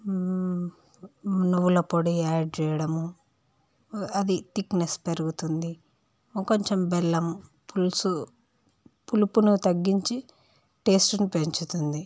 నువ్వుల పొడి యాడ్ చేయడం అది తిక్నెస్ పెరుగుతుంది కొంచెం బెల్లం పులుసు పులుపును తగ్గించి టేస్టును పెంచుతుంది